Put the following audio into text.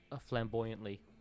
flamboyantly